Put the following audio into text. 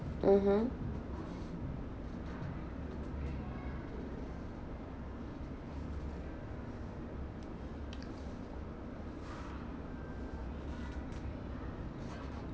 mmhmm